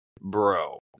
Bro